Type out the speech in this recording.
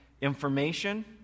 information